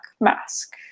Mask